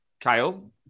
Kyle